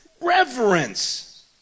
reverence